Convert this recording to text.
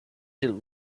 till